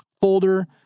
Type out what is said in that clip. folder